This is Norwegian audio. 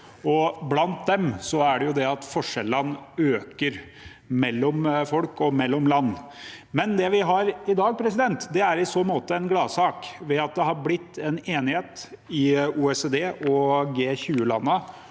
blant dem det at forskjellene øker mellom folk og mellom land. Men det vi har i dag, er i så måte en gladsak fordi det har blitt en enighet i OECD- og G20-landene